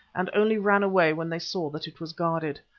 and only ran away when they saw that it was guarded.